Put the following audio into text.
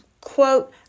quote